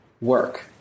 work